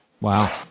Wow